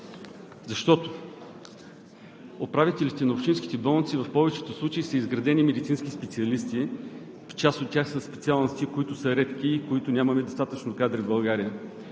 Защото управителите на общинските болници в повечето случаи са изградени медицински специалисти, част от тях със специалности, които са редки и от които нямаме достатъчно кадри в България.